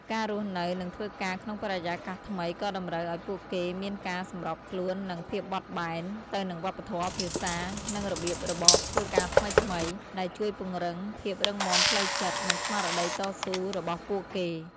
ការរស់នៅ និងធ្វើការក្នុងបរិយាកាសថ្មីក៏តម្រូវឱ្យពួកគេមានការសម្របខ្លួន និងភាពបត់បែន ទៅនឹងវប្បធម៌ ភាសា និងរបៀបរបបធ្វើការថ្មីៗ ដែលជួយពង្រឹងភាពរឹងមាំផ្លូវចិត្ត និងស្មារតីតស៊ូរបស់ពួកគេ។